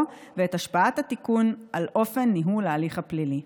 ואת השפעת התיקון על אופן ניהול ההליך הפלילי.